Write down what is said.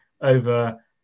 over